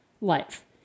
life